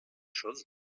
chose